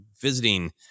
visiting